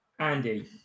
Andy